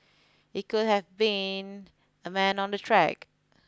it could have been a man on the track